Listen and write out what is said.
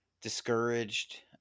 discouraged